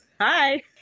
hi